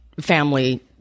family